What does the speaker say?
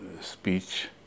Speech